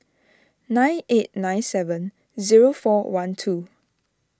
nine eight nine seven zero four one two